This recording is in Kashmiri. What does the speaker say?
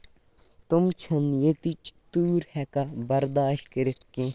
تٔمۍ چھِنہٕ ییٚتِچ تۭر ہٮ۪کان بَرداشت کٔرِتھ کیٚنہہ